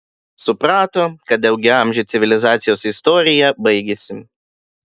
suprato kad daugiaamžė civilizacijos istorija baigiasi